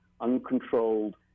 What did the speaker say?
uncontrolled